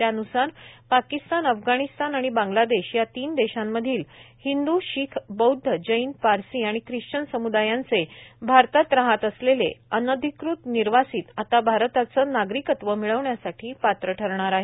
त्यान्सार पाकिस्तान अफगाणिस्तान आणि बांग्लादेश या तीन देशांमधले हिंदू शिख बौद्ध जैन पारसी आणि ख्रिश्चन सम्दायांचे भारतात राहत असलेले अनधिकृत निर्वासित आता भारताचं नागरिकत्व मिळवण्यासाठी पात्र ठरणार आहेत